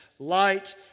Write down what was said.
Light